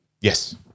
Yes